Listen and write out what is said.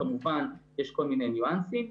כמובן יש כל מיני ניואנסים,